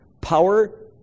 power